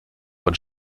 von